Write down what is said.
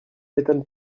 m’étonne